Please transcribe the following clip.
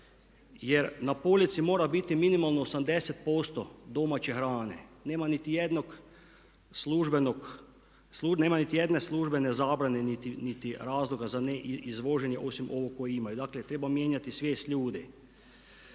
jer na polici mora biti minimalno 80% domaće hrane. Nema nitijedne službene zabrane niti razloga za neizvoženje osim ovog koji imaju. Dakle, treba mijenjati svijest ljudi.